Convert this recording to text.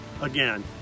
again